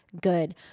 good